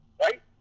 right